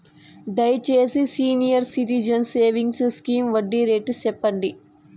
దయచేసి senior citizens savings scheme వడ్డీ rate సెప్పండి